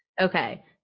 Okay